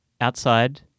outside